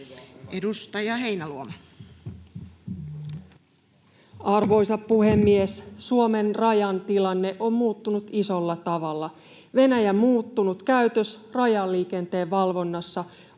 Content: Arvoisa puhemies! Suomen rajan tilanne on muuttunut isolla tavalla. Venäjän muuttunut käytös rajaliikenteen valvonnassa on